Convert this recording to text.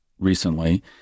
Recently